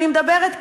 ואני מדברת,